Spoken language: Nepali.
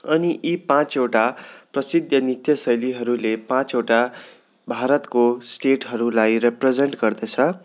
अनि यी पाँचवटा प्रसिद्ध नृत्य शैलीहरूले पाँचवटा भारतको स्टेटहरूलाई रिप्रेजेन्ट गर्दछ